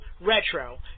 Retro